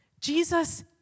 Jesus